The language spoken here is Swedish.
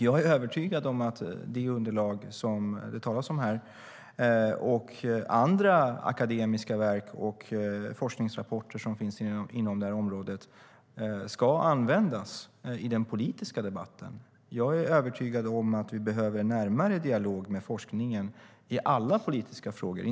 Jag är övertygad om att det underlag som det talas om här och andra akademiska verk och forskningsrapporter som finns inom det här området ska användas i den politiska debatten. Jag är övertygad om att vi behöver en närmare dialog med forskningen i alla politiska frågor.